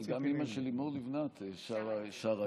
אבל גם אימא של לימור לבנת שרה את זה.